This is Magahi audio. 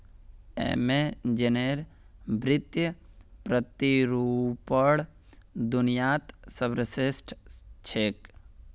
अमेज़नेर वित्तीय प्रतिरूपण दुनियात सर्वश्रेष्ठ छेक